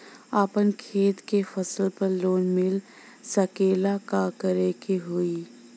अपना खेत के फसल पर लोन मिल सकीएला का करे के होई?